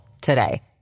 today